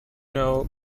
know